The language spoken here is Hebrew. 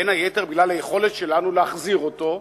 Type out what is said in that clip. בין היתר בגלל היכולת שלנו להחזיר אותו,